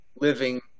living